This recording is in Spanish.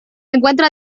encuentra